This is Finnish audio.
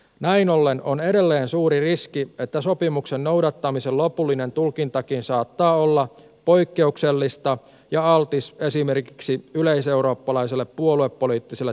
näin ollen on edelleen suuri riski että sopimuksen noudattamisen lopullinen tulkintakin saattaa olla poikkeuksellista ja altis esimerkiksi yleiseurooppalaiselle puoluepoliittiselle tarkoituksenmukaisuudelle